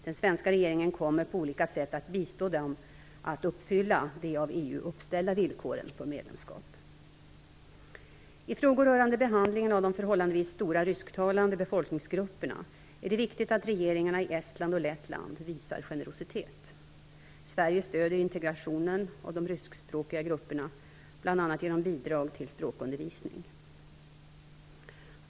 Den svenska regeringen kommer på olika sätt att bistå dem att uppfylla de av EU uppställda villkoren för medlemskap. I frågor rörande behandlingen av de förhållandevis stora rysktalande befolkningsgrupperna är det viktigt att regeringarna i Estland och Lettland visar generositet. Sverige stöder integrationen av de ryskspråkiga grupperna, bl.a. genom bidrag till språkundervisning.